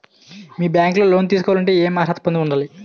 మీ bank లో loan తీసుకోవాలంటే ఎం అర్హత పొంది ఉండాలి?